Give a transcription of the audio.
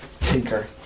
tinker